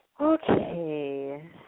Okay